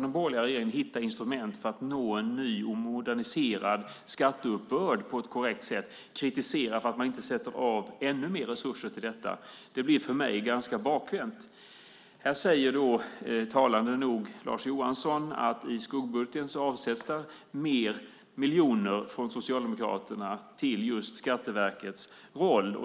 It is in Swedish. den borgerliga regeringen försöker att hitta instrument för att nå en ny och moderniserad skatteuppbörd på ett korrekt sätt och kritisera att det inte sätts av ännu mer resurser till detta. Lars Johansson säger talande nog att i skuggbudgeten finns det fler miljoner från Socialdemokraterna till just Skatteverkets roll.